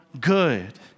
good